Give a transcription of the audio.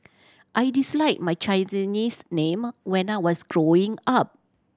I disliked my Chinese name when I was growing up